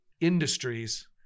industries